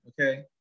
Okay